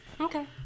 Okay